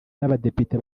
n’abadepite